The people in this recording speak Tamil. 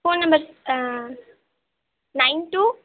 ஃபோன் நம்பர் ஆ நயன் டூ